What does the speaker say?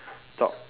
talk